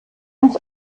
ins